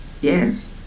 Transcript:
Yes